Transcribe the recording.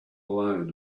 alone